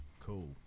Cool